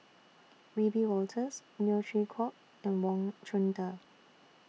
Wiebe Wolters Neo Chwee Kok and Wang Chunde